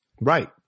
Right